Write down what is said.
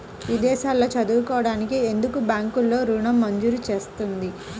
విదేశాల్లో చదువుకోవడానికి ఎందుకు బ్యాంక్లలో ఋణం మంజూరు చేస్తుంది?